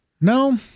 no